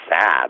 sad